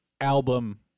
album